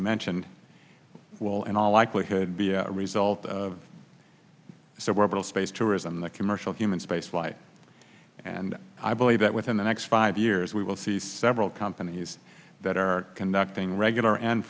mentioned will and all likelihood be a result of so over the space tourism the commercial human space flight and i believe that within the next five years we will see several companies that are conducting regular and